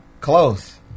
close